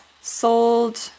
sold